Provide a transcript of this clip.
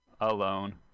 alone